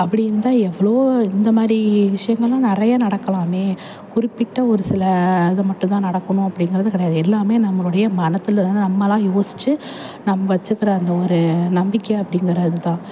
அப்படி இருந்தால் எவ்வளோவோ இந்த மாதிரி விஷயங்கள்லாம் நிறைய நடக்கலாமே குறிப்பிட்ட ஒரு சில அது மட்டுந்தான் நடக்கணும் அப்டிங்கிறது கிடையாது எல்லாமே நம்மளுடைய மனதுல தான் நம்மளாக யோசித்து நாம் வெச்சிக்குற அந்த ஒரு நம்பிக்கை அப்டிங்கிறது தான்